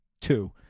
two